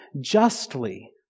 justly